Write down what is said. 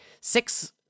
Six